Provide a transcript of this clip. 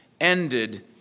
ended